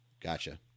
Gotcha